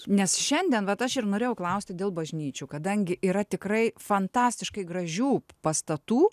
nes šiandien vat aš ir norėjau klausti dėl bažnyčių kadangi yra tikrai fantastiškai gražių pastatų